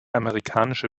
amerikanische